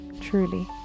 truly